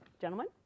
Gentlemen